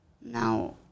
Now